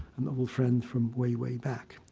an old friend from way, way back.